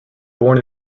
born